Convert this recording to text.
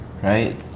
right